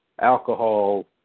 alcohol